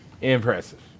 Impressive